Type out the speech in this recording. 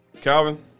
Calvin